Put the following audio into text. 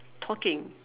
talking